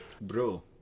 Bro